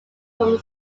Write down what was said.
from